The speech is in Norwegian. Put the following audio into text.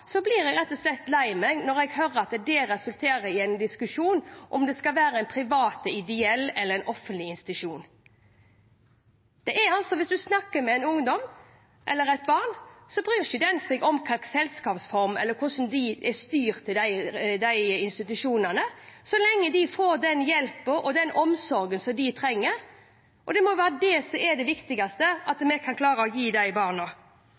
blir jeg rett og slett lei meg når jeg hører at det resulterer i en diskusjon om det skal være en privat, ideell eller offentlig institusjon. Hvis man snakker med et barn eller en ungdom, bryr ikke de seg om hva slags selskapsform det er, eller hvordan institusjonene er styrt, så lenge de får den hjelpen og omsorgen de trenger. Det må jo være det som er viktigst at vi klarer å gi de barna.